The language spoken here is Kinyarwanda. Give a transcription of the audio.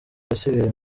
yasigaye